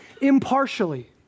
impartially